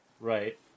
Right